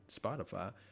spotify